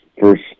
first